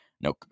no